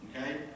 okay